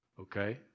Okay